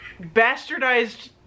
bastardized